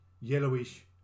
yellowish